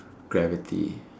gravity